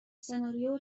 سناریو